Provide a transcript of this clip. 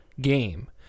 game